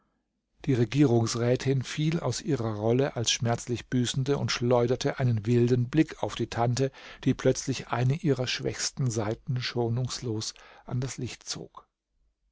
die regierungsrätin fiel aus ihrer rolle als schmerzlich büßende und schleuderte einen wilden blick auf die tante die plötzlich eine ihrer schwächsten seiten schonungslos an das licht zog